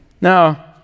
Now